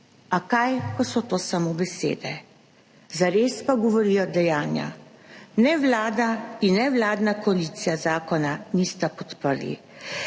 A kaj, ko so to samo besede, zares pa govorijo dejanja. Ne Vlada in ne vladna koalicija zakona nista podprli.